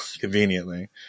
conveniently